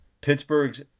Pittsburgh's